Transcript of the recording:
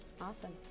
Awesome